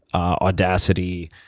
audacity,